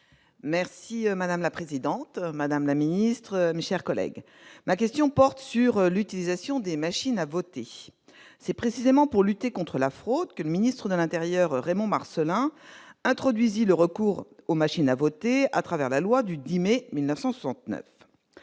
Merci madame la présidente, madame la ministre mis chers collègues, ma question porte sur l'utilisation des machines à voter, c'est précisément pour lutter contre la fraude, ministre de l'Intérieur, Raymond Marcellin introduisit le recours aux machines à voter, à travers la loi du 10 mai 1900